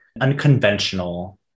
unconventional